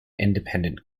independent